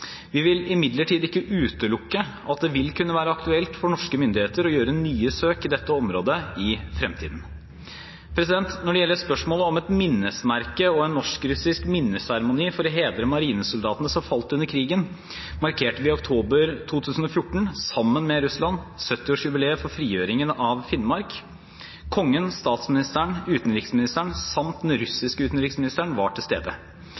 Vi vil imidlertid ikke utelukke at det vil kunne være aktuelt for norske myndigheter å gjøre nye søk i dette området i fremtiden. Når det gjelder spørsmålet om et minnesmerke og en norsk-russisk minneseremoni for å hedre marinesoldatene som falt under krigen, markerte vi i oktober 2014, sammen med Russland, 70-årsjubileet for frigjøringen av Finnmark. Kongen, statsministeren og utenriksministeren, samt den russiske utenriksministeren, var til stede.